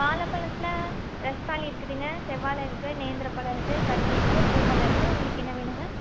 வாழைப்பழத்துல ரஸ்த்தாலி இருக்குதுங்க செவ்வாழை இருக்குது நேந்திரம் பழம் இருக்குது கதளி இருக்குது பூவம்பழம் இருக்குது உங்களுக்கு என்ன வேணுங்க